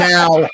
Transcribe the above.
Now